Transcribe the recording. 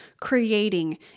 creating